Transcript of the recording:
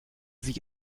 sich